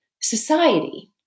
society